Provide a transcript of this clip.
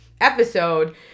episode